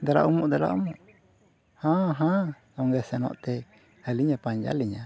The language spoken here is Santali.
ᱫᱮᱞᱟ ᱩᱢᱩᱜ ᱫᱮᱞᱟ ᱩᱢᱩᱜ ᱦᱮᱸ ᱦᱮᱸ ᱥᱚᱸᱜᱮ ᱥᱮᱱᱚᱜ ᱛᱮ ᱟᱹᱞᱤᱧᱮ ᱯᱟᱸᱡᱟ ᱞᱤᱧᱟ